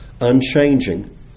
Unchanging